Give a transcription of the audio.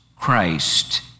Christ